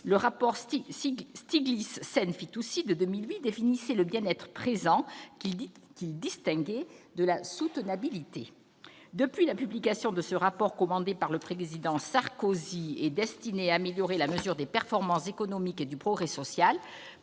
le rapport Stiglitz-Sen-Fitoussi, établi en 2008, définissait le « bien-être présent », qu'il distinguait de la soutenabilité. Depuis la publication de ce rapport commandé par le président Sarkozy et destiné à améliorer la mesure des performances économiques et du progrès social,